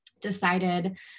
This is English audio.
decided